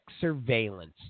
surveillance